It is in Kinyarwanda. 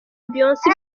beyoncé